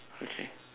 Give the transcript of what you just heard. okay